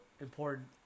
important